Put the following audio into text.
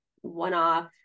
one-off